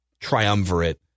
triumvirate